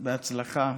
בהצלחה.